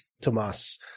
Tomas